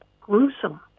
gruesome